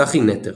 צחי נטר,